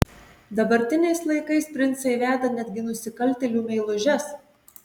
dabartiniais laikais princai veda netgi nusikaltėlių meilužes